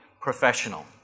professional